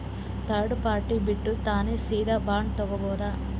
Third party ಬಿಟ್ಟು ನಾನೇ ಸೀದಾ ಬಾಂಡ್ ತೋಗೊಭೌದಾ?